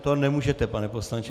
To nemůžete, pane poslanče.